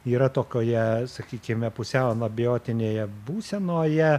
yra tokioje sakykime pusiau anabiotinėje būsenoje